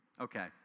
Okay